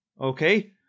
okay